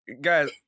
Guys